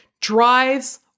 drives